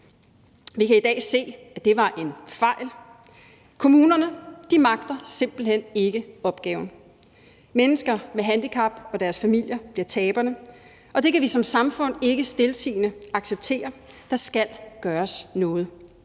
Vi kan i dag se, at det var en fejl. Kommunerne magter simpelt hen ikke opgaven. Mennesker med handicap og deres familier bliver taberne, og det kan vi som samfund ikke stiltiende acceptere. Der skal gøres noget.